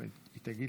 תישאר.